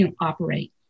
operate